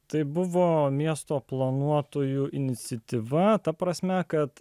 tai buvo miesto planuotojų iniciatyva ta prasme kad